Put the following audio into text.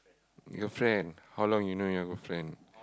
your friend how long you know your good friend